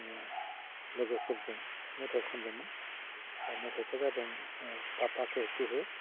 लोगोफोरजों मेथाइ खनदोंमोन मेथाइफ्रा जादों पापा केहेते हे